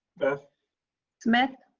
beth smith?